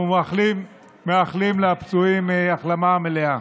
אנחנו מאחלים לפצועים החלמה מלאה.